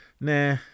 nah